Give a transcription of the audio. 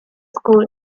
school